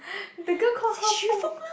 the girl call her Feng